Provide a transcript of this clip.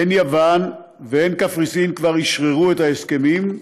הן יוון והן קפריסין כבר אשררו את ההסכמים,